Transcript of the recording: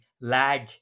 lag